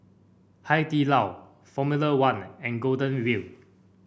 Hai Di Lao Formula One and Golden Wheel